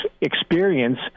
experience